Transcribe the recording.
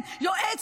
היא מסוגלת.